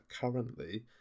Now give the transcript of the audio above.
currently